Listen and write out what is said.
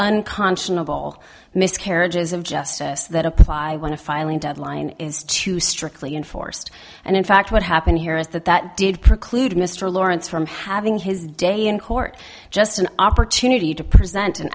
unconscionable miscarriages of justice that apply when a filing deadline is too strictly enforced and in fact what happened here is that that did preclude mr lawrence from having his day in court just an opportunity to present an